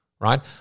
right